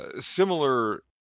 similar